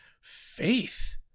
faith